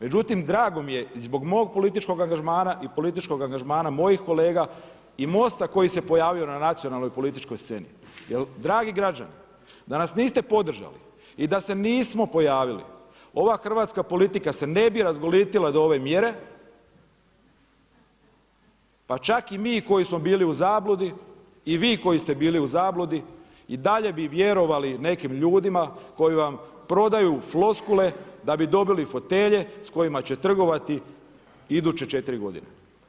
Međutim drago mi je zbog mog političkog angažmana i političkog angažmana mojih kolega i MOST-a koji se pojavio na nacionalnoj političkoj sceni jel dragi građani, da nas niste podržali i da se nismo pojavili ova hrvatska politika se ne bi razgolitila do ove mjere pa čak i mi koji smo bili u zabludi i vi koji ste bili u zabludi i dalje bi vjerovali nekim ljudima koji vam prodaju floskule da bi dobili fotelje s kojima će trgovati iduće četiri godine.